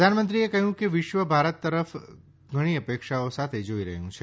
પ્રધાનમંત્રીએ કહ્યું કે વિશ્વ ભારત તરફ ઘણી અપેક્ષાઓ સાથે જોઈ રહ્યું છે